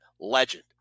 legend